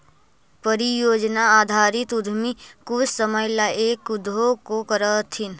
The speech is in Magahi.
परियोजना आधारित उद्यमी कुछ समय ला एक उद्योग को करथीन